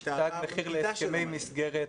יש תג מחיר להסכמי מסגרת,